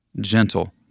gentle